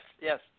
yes